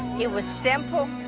it was simple,